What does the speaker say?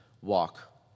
walk